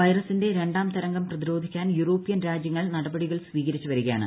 വൈറസിന്റെ രണ്ടാം തരംഗം പ്രതിരോധിക്കാൻ യൂറോപ്യൻ രാജ്യങ്ങൾ നടപടികൾ സ്വീകരിച്ചു വരികയാണ്